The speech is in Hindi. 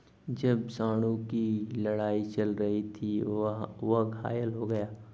जब सांडों की लड़ाई चल रही थी, वह घायल हो गया